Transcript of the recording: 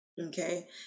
okay